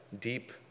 deep